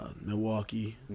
Milwaukee